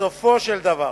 בסופו של דבר